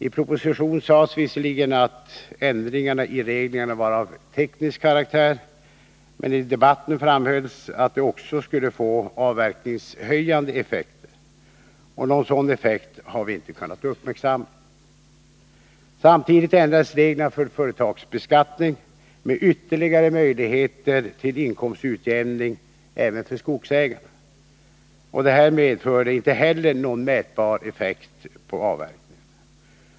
I propositionen sades det visserligen att ändringarna av reglerna var av teknisk karaktär, men i debatten framhävdes att ändringarna också skulle få avverkningshöjande effekter. Någon sådan effekt har inte kunnat uppmätas. Samtidigt ändrades reglerna för företagsbeskattning, så att ytterligare möjligheter gavs till inkomstutjämning även för skogsägarna. Detta gav inte heller någon mätbar effekt på avverkningarna.